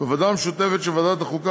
בוועדה המשותפת של ועדת החוקה,